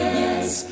yes